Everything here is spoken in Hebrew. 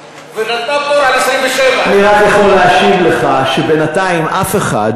ונתנה פטור על 27. אני רק יכול להשיב לך שבינתיים אף אחד,